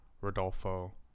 Rodolfo